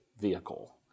vehicle